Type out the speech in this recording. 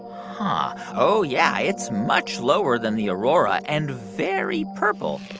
huh. oh, yeah. it's much lower than the aurora and very purple